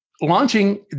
launching